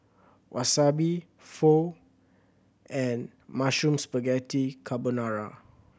Wasabi Pho and Mushroom Spaghetti Carbonara